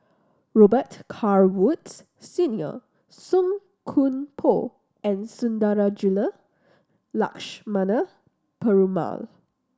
Robet Carr Woods Senior Song Koon Poh and Sundarajulu Lakshmana Perumal